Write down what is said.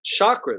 chakras